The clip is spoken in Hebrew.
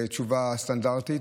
תשובה סטנדרטית.